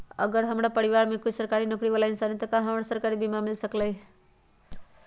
अगर हमरा परिवार में कोई सरकारी नौकरी बाला इंसान हई त हमरा सरकारी बीमा मिल सकलई ह?